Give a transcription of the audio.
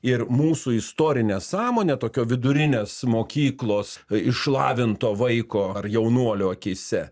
ir mūsų istorinė sąmonė tokio vidurinės mokyklos išlavinto vaiko ar jaunuolio akyse